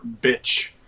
Bitch